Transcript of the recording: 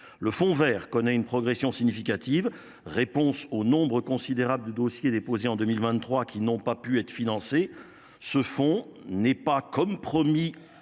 Le fonds vert connaît une progression significative, réponse au nombre considérable de dossiers déposés en 2023 qui n’ont pas pu être financés. Ce fonds n’étant pas, comme promis,